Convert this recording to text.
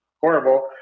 horrible